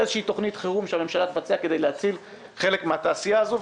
איזו תוכנית חירום שהממשלה תבצע כדי להציל חלק מן התעשייה הזו.